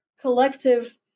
collective